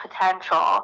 potential